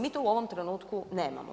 Mi to u ovom trenutku nemamo.